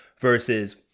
versus